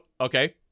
Okay